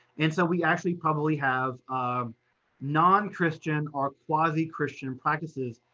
and so we actually probably have um non-christian or quasi-christian and practices,